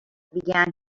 began